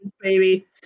baby